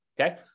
okay